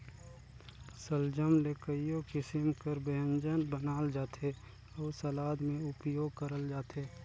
सलजम ले कइयो किसिम कर ब्यंजन बनाल जाथे अउ सलाद में उपियोग करल जाथे